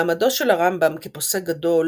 מעמדו של הרמב"ם כפוסק גדול